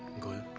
good